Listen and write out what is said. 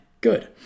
good